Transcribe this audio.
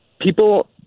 People